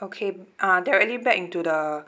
okay uh they will only bank into the